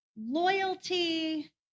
loyalty